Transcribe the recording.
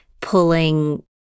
pulling